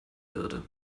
würde